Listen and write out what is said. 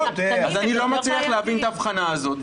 אז אני לא מצליח להבין את ההבחנה הזאת,